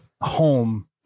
home